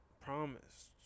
promised